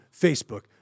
Facebook